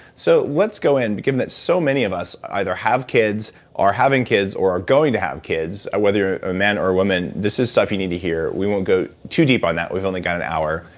so, let's go in, given that so many of us either have kids, or are having kids, or are going to have kids, ah whether you ah are a man or a woman, this is stuff you need to hear. we won't go too deep on that. we've only got an hour,